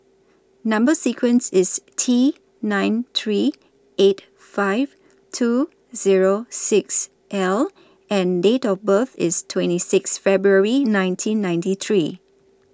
Number sequence IS T nine three eight five two Zero six L and Date of birth IS twenty six February nineteen ninety three